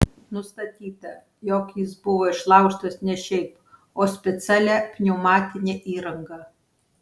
nustatyta jog jis buvo išlaužtas ne šiaip o specialia pneumatine įranga